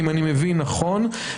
אם אני מבין נכון,